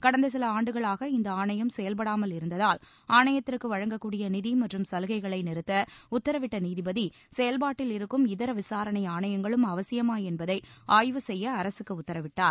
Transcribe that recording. கடந்த சில ஆண்டுகளாக இந்த ஆணையம் செயல்படாமல் இருந்ததால் ஆணையத்திற்கு வழங்கக்கூடிய நிதி மற்றும் சலுகைகளை நிறுத்த உத்தரவிட்ட நீதிபதி செயல்பாட்டில் இருக்கும் இதர விசாரணை ஆணையங்களும் அவசியமா என்பதை ஆய்வு செய்ய அரசுக்கு உத்தரவிட்டார்